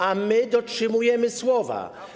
A my dotrzymujemy słowa.